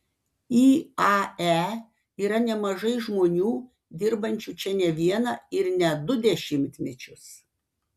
iae yra nemažai žmonių dirbančių čia ne vieną ir ne du dešimtmečius